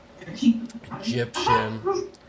Egyptian